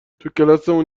توکلاسمون